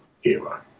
hero